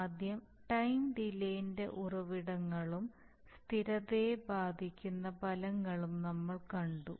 ആദ്യം ടൈം ഡിലേന്റെ ഉറവിടങ്ങളും സ്ഥിരതയെ ബാധിക്കുന്ന ഫലങ്ങളും നമ്മൾ കണ്ടു